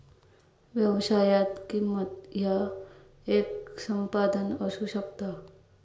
व्यवसायात, किंमत ह्या येक संपादन असू शकता